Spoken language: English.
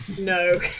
No